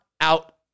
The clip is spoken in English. out